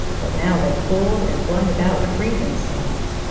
but now they pulled and flung about to free themselves.